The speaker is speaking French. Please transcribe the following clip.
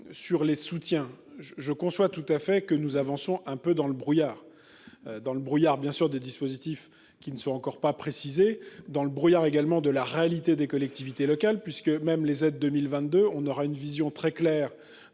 Sur les soutiens, je je conçois tout à fait que nous avancions un peu dans le brouillard. Dans le brouillard bien sûr des dispositifs qui ne sont encore pas précisé dans le brouillard également de la réalité des collectivités locales puisque même les aides 2022 on aura une vision très claire